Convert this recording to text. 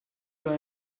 oder